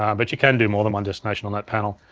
um but you can do more than one destination on that panel.